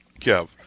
Kev